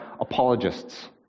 apologists